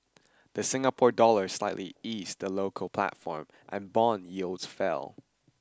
the Singapore dollar slightly eased the local platform and bond yields fell